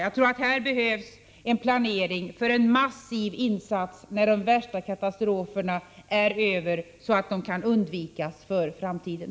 Jag tror, som sagt, att det behövs en planering, så att en massiv insats kan göras när den värsta katastrofen väl är över — detta för att sådana här katastrofer skall kunna undvikas i framtiden.